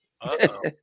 Uh-oh